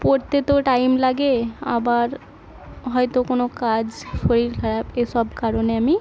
পড়তে তো টাইম লাগে আবার হয়তো কোনো কাজ শরীর খারাপ এসব কারণে আমি